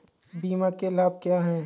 बीमा के लाभ क्या हैं?